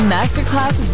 Masterclass